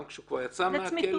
גם כשהוא כבר יצא מהכלא.